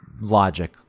logic